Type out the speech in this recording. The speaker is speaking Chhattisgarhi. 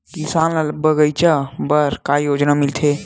किसान ल बगीचा बर का योजना मिलथे?